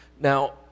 Now